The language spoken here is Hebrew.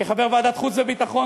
כחבר ועדת החוץ והביטחון,